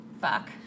fuck